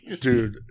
dude